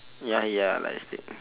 ya ya light stick